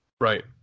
right